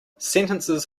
sentences